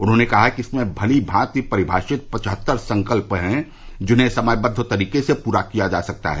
उन्होंने कहा कि इसमें भलीभांति परिभाषित पचहत्तर संकल्प हैं जिन्हें समयबद्व तरीके से पूरा किया जा सकता है